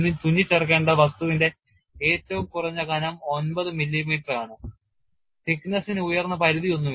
തുന്നിച്ചേർക്കേണ്ട വസ്തുവിന്റെ ഏറ്റവും കുറഞ്ഞ കനം 9 മില്ലീമീറ്ററാണ് thickness ന് ഉയർന്ന പരിധിയൊന്നുമില്ല